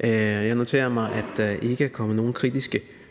Jeg noterer mig, at der ikke er kommet nogen kritiske